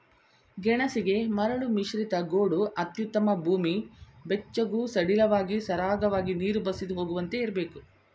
ಗೆಣಸಿಗೆ ಮರಳುಮಿಶ್ರಿತ ಗೋಡು ಅತ್ಯುತ್ತಮ ಭೂಮಿ ಬೆಚ್ಚಗೂ ಸಡಿಲವಾಗಿ ಸರಾಗವಾಗಿ ನೀರು ಬಸಿದು ಹೋಗುವಂತೆ ಇರ್ಬೇಕು